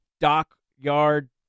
Dockyard